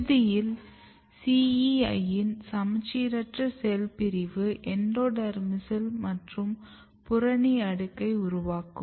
இறுதியில் CEI இன் சமச்சீரற்ற செல் பிரிவு எண்டோடெர்மிஸ் மற்றும் புறணி அடுக்கை உருவாக்கும்